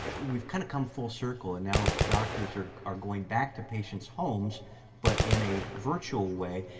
and we've kind of come full circle. and now doctors are are going back to patients' homes but in a virtual way.